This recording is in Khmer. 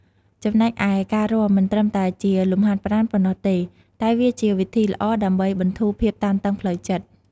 ចំណែកឯ ការរាំមិនត្រឹមតែជាលំហាត់ប្រាណប៉ុណ្ណោះទេ តែវាជាវិធីដ៏ល្អដើម្បី បន្ធូរភាពតានតឹងផ្លូវចិត្ត។